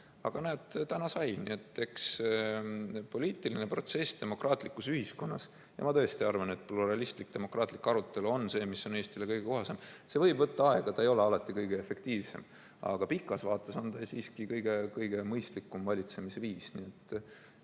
Aga näed, täna sain. Poliitiline protsess demokraatlikus ühiskonnas on selline. Ma tõesti arvan, et pluralistlik demokraatlik arutelu on Eestile kõige kohasem. See võib võtta aega, see ei ole alati kõige efektiivsem, aga pikas vaates on see siiski kõige mõistlikum valitsemisviis.